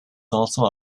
also